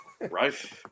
Right